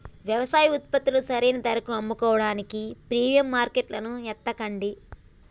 యవసాయ ఉత్పత్తులను సరైన ధరకి అమ్ముకోడానికి ప్రీమియం మార్కెట్లను ఎతకండి